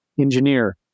engineer